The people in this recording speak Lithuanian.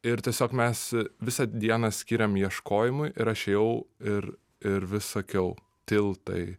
ir tiesiog mes visą dieną skyrėm ieškojimui ir aš ėjau ir ir vis sakiau tiltai